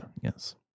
yes